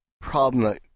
problem